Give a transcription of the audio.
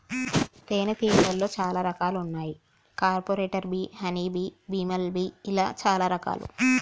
తేనే తీగలాల్లో చాలా రకాలు వున్నాయి కార్పెంటర్ బీ హనీ బీ, బిమల్ బీ ఇలా చాలా రకాలు